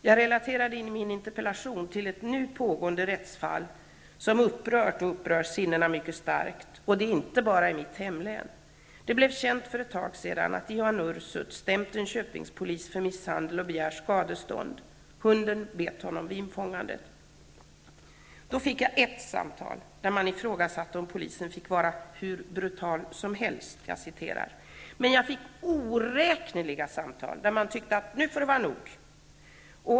Jag relaterade i min interpellation till ett nu pågående rättsfall som upprört och upprör sinnena mycket starkt, och det inte bara i mitt hemlän. Det blev känt för ett tag sedan att Ion Ursut stämt en Köpingspolis för misshandel och begär skadestånd. Då fick jag ett samtal, där man ifrågasatte om polisen fick vara ''hur brutal som helst''. Men jag fick oräkneliga samtal, där man tyckte att nu får det vara nog.